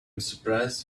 surprised